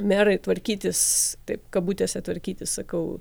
merai tvarkytis taip kabutėse tvarkytis sakau